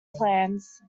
plans